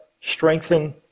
strengthen